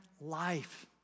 life